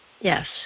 Yes